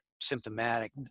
symptomatic